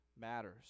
matters